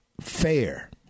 fair